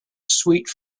sweet